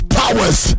powers